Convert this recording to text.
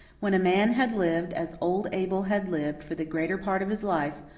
when a man had lived as old abel had lived for the greater part of his life,